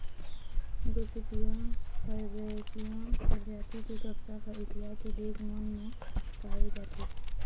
Gossypium herbaceum परजाति के कपसा ह एशिया के देश मन म पाए जाथे